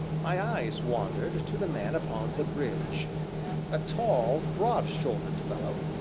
my eyes wandered to the man upon the bridge a tall, broad-shouldered fellow,